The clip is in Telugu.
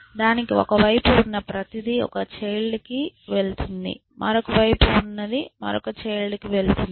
దానికి ఒక వైపు ఉన్న ప్రతిదీ ఒక చైల్డ్ కి వెళుతుంది మరొక వైపు ఉన్నది మరొక చైల్డ్ కి వెళుతుంది